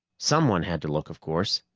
someone had to look, of course,